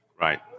Right